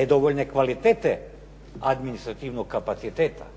nedovoljne kvalitete administrativnog kapaciteta.